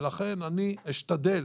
ולכן, אני אשתדל